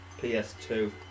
PS2